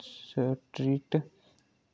street